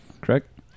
Correct